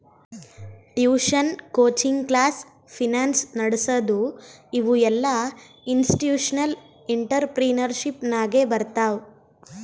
tuition, coaching class, finance ನಡಸದು ಇವು ಎಲ್ಲಾಇನ್ಸ್ಟಿಟ್ಯೂಷನಲ್ ಇಂಟ್ರಪ್ರಿನರ್ಶಿಪ್ ನಾಗೆ ಬರ್ತಾವ್